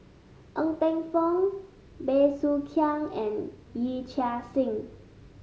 Ng Teng Fong Bey Soo Khiang and Yee Chia Hsing